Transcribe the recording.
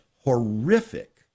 horrific